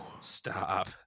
Stop